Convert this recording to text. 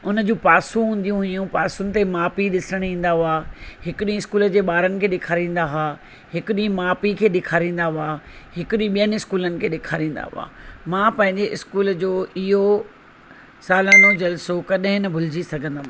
उन जूं पासूं हूंदियूं हुयूं पासुनि ते माउ पीउ ॾिसणु ईंदा हुआ हिकु ॾींहुं स्कूल जे ॿारनि खे ॾेखारींदा हुआ हिकु ॾींहुं माउ पीउ खे ॾेखारींदा हुआ हिकु ॾींहुं ॿियनि स्कूलनि खे ॾेखारींदा हुआ मां पंहिंजे स्कूल जो इहो सालानो जलिसो कॾहिं न भुलजी सघंदमि